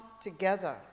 together